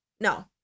no